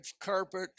carpet